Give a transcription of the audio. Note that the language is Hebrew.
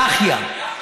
יַחיָא.